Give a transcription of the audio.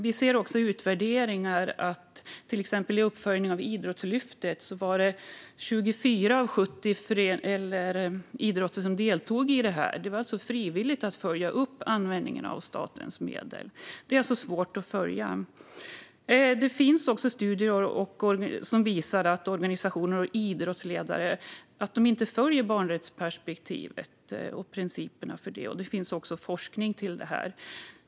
Vad gäller utvärderingar deltog till exempel bara 24 av 70 idrotter i uppföljningen av Idrottslyftet. Det är alltså frivilligt att följa upp användningen av statens medel, och det blir därför svårt att följa. Det finns också studier som visar att organisationer och idrottsledare inte följer barnrättsperspektivet och principerna för det. Det finns också forskning på det.